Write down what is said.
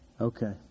Okay